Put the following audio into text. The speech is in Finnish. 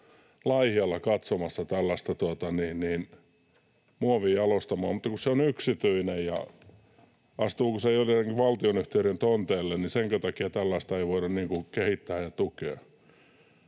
Laihialla katsomassa tällaista muovijalostamoa. Kun se on yksityinen, niin astuuko se jotenkin valtionyhtiöiden tonteille ja senkö takia tällaista ei voida kehittää ja tukea?